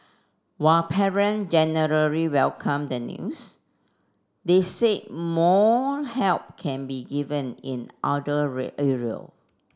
while parent generally welcomed the news they said more help can be given in other area